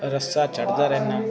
ਰੱਸਾ ਚੜਦਾ ਰਹਿਦਾਂ